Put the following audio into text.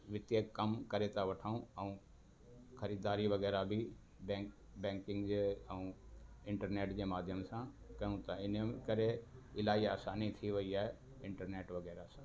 वितियत कमु करे था वठऊं ऐं ख़रीदारी वग़ैरह बि बैंक बैंकिंग जे ऐं इंटरनेट जे माध्यम सां कम इन करे इलाही आसानी थी वई आहे इंटरनेट वग़ैरह सां